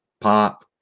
pop